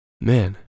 man